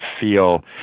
feel